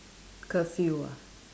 curfew ah